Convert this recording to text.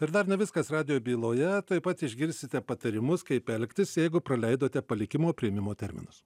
ir dar ne viskas radijo byloje taip pat išgirsite patarimus kaip elgtis jeigu praleidote palikimo priėmimo terminus